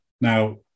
Now